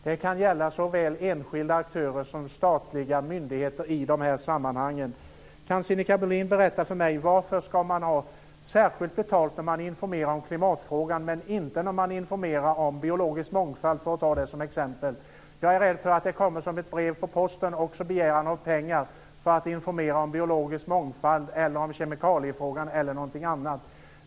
Det kan gälla såväl enskilda aktörer som myndigheter i dessa sammanhang. Kan Sinikka Bohlin berätta för mig varför man ska få särskilt betalt när man informerar om klimatfrågan men inte när man informerar om biologisk mångfald, för att ta det som exempel? Jag är rädd för att det som ett brev på posten kommer en begäran om pengar för att informera också om biologisk mångfald, om kemikaliefrågan eller om någonting annat.